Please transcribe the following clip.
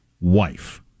wife